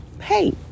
hey